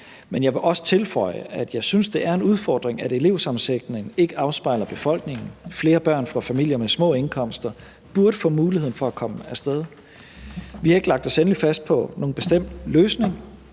Men jeg vil også tilføje, at jeg synes, det er en udfordring, at elevsammensætningen ikke afspejler befolkningen. Flere børn fra familier med små indkomster burde få muligheden for at komme af sted. Vi har ikke lagt os endeligt fast på nogen bestemt løsning,